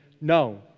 No